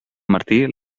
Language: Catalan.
martí